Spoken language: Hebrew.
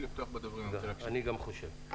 גם אני חושב כך.